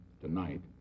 tonight